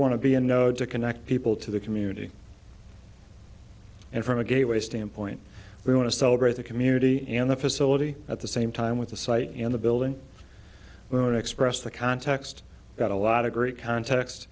want to be a node to connect people to the community and from a gateway standpoint we want to celebrate the community and the facility at the same time with the site and the building boom and express the context got a lot of great cont